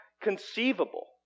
conceivable